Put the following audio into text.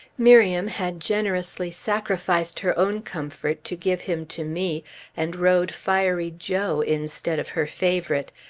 miriam had generously sacrificed her own comfort to give him to me and rode fiery joe instead of her favorite.